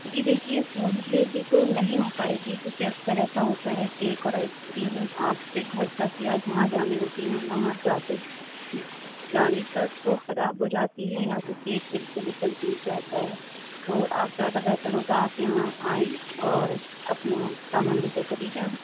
جی دیکھیے home delivery تو نہیں ہو پائے گی کیوں کہ اکثر ایسا ہوتا ہے کیک اور آئس کریم آپ کے گھر تک یا جہاں جانی ہوتی ہیں وہاں جاتے جانے تک وہ خراب ہو جاتی ہیں یا پھر کیک بالکل ایک دم ٹوٹ جاتا ہے تو آپ زیادہ بہتر ہوگا آپ یہاں آئیں اور اپنا سامان لے کر چلی جائیں